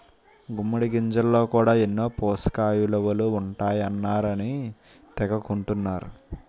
గుమ్మిడి గింజల్లో కూడా ఎన్నో పోసకయిలువలు ఉంటాయన్నారని తెగ కొంటన్నరు